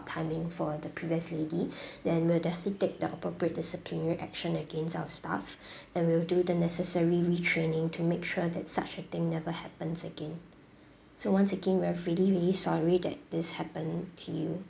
timing for the previous lady then we'll definitely take the appropriate disciplinary action against our staff and we'll do the necessary retraining to make sure that such a thing never happens again so once again we're really really sorry that this happened to you